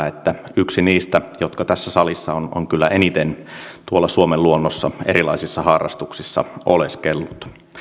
että yksi niistä tässä salissa olevista joka on kyllä eniten tuolla suomen luonnossa erilaisissa harrastuksissa oleskellut